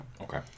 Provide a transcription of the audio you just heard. Okay